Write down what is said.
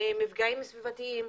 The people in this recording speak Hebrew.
ממפגעים סביבתיים.